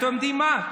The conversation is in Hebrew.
אתם יודעים מה?